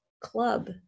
club